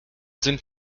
sind